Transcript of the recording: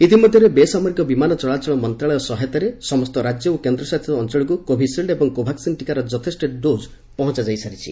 ଇତିମଧ୍ଘରେ ବେସାମରିକ ବିମାନ ଚଳାଚଳ ମନ୍ତଶାଳୟ ସହାୟତାରେ ସମ୍ଠ ରାଜ୍ୟ ଓ କେନ୍ଦ୍ରଶାସିତ ଅଞ୍ଚଳକୁ କୋଭିସିଲ୍ଡ୍ ଏବଂ କୋଭାକ୍ସିନ୍ ଟିକାର ଯଥେଷ୍ ଡୋଜ୍ ପହଞାଯାଇ ସାରିଛି